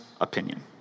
opinion